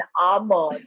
armor